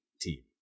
team